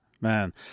Man